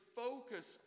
focus